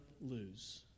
lose